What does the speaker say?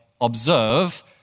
observe